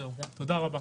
תודה רבה.